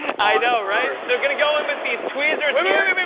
i know right! so i'm gonna go in with these tweezers um here. i mean